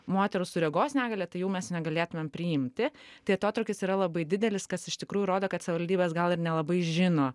moterų su regos negalia tai jau mes negalėtumėm priimti tai atotrūkis yra labai didelis kas iš tikrųjų rodo kad savivaldybės gal ir nelabai žino